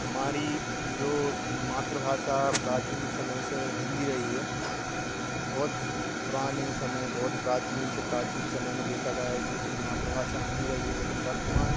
हमारी जो मात्राभाषा प्राचीन समय से हिन्दी रही है बहुत पुराने समय बहुत प्राचीन से प्राचीन समय में देखा गया है कि अपनी मात्रभाषा हिन्दी रही है लेकिन वर्तमान